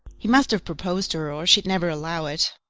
he must have proposed to her or she'd never allow it.